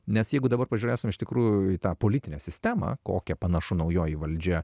nes jeigu dabar pažiūrėsim iš tikrųjų į tą politinę sistemą kokią panašu naujoji valdžia